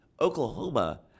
Oklahoma